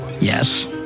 yes